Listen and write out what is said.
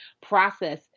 process